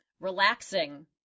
relaxing